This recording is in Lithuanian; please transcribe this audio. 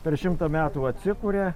per šimtą metų atsikuria